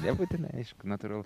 nebūtinai aišku natūralu